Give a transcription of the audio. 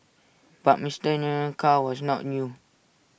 but Mister Nguyen's car was not new